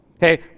Hey